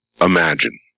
imagine